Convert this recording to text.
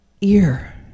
Ear